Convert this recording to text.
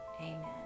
amen